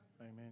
amen